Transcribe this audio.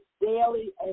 daily